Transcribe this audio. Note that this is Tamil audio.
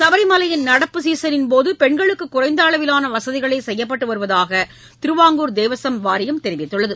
சபரிமலையின் நடப்பு சீசனின்போதுபெண்களுக்குகுறைந்தஅளவிலானவசதிகளேசெய்யப்பட்டுவருவதாகதிருவாங்கூர் தேவசம் வாரியம் தெரிவித்துள்ளது